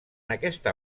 aquesta